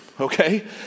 okay